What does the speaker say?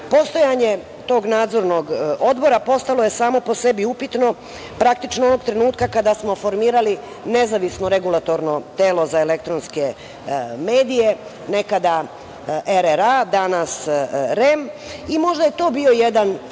Postojanje tog Nadzornog odbora postalo je samo po sebi upitno, praktično onog trenutka kada smo formirali nezavisno Regulatorno telo za elektronske medije, nekada RRA, danas REM i možda je to bio jedan